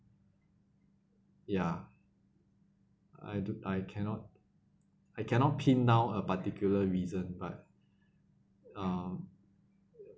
ya I do I cannot I cannot pin down a particular reason but um